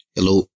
Hello